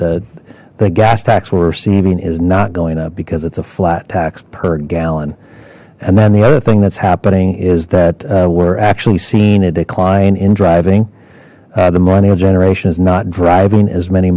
receiving is not going up because it's a flat tax per gallon and then the other thing that's happening is that we're actually seeing a decline in driving the millennial generation is not driving as many